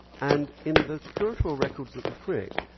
and in the curatorial records of the frick,